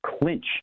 clinch